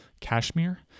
Kashmir